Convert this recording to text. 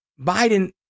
Biden